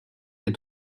des